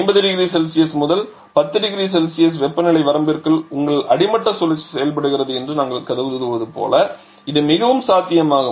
500C முதல் 10 0C வெப்பநிலை வரம்பிற்குள் உங்கள் அடிமட்ட சுழற்சி செயல்படுகிறது என்று கருதுவது போல இது மிகவும் சாத்தியமாகும்